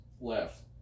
left